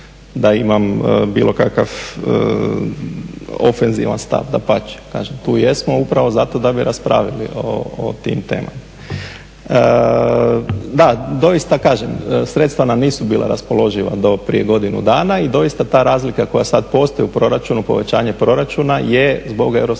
da imam bilo kakav ofenzivan stav. Dapače, kažem tu jesmo upravo da bi raspravili o tim temama. Da, doista kažem sredstva nam nisu bila raspoloživa do prije godinu dana i doista ta razlika koja sada postoji u proračunu, povećanje proračuna je zbog europskih